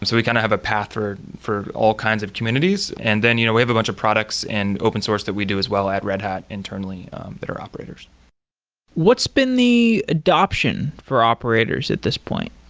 so we kind of have a path for all kinds of communities. and then you know we have a bunch of products and open source that we do as well at red hat internally that are operators what's been the adoption for operators at this point?